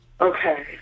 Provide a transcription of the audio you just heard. Okay